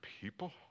people